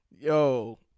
Yo